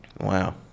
Wow